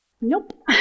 Nope